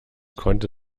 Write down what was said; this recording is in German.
konnte